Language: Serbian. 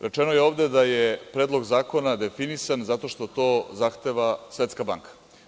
Rečeno je ovde da je predlog zakona definisan zato što to zahteva Svetska banka.